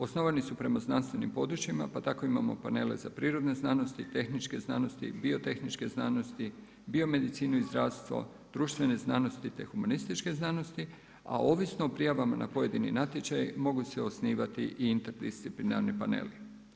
Osnovani su prema znanstvenim područjima pa tako imamo panele za prirodne znanosti, tehničke znanosti, biotehničke znanosti, biomedicinu i zdravstvo, društvene znanosti, te humanističke znanosti a ovisno o prijavama na pojedini natječaj mogu se osnivati i interdisciplinarni paneli.